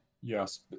Yes